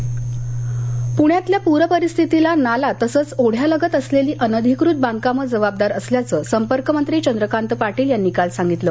पाटील पुण्यातल्या पूरपरिस्थितीला नाला तसंच ओढ्यालगत असलेली अनधिकृत बांधकामं जबाबदार असल्याचं संपर्कमंत्री चंद्रकांत पाटील यांनी काल सांगितलं